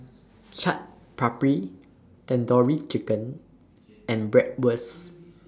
Chaat Papri Tandoori Chicken and Bratwurst